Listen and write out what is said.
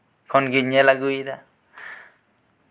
ᱠᱚᱱ ᱜᱤᱧ ᱧᱮᱞ ᱟᱜᱩᱭᱮᱫᱟ